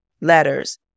letters